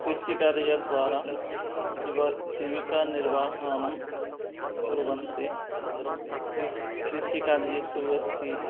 कृषिकार्यद्वारा जिव जीविकानिर्वहणं कुर्वन्ति क्रिसि कृषिकार्येषु अस्ति